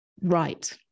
right